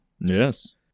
Yes